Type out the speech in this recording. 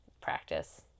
practice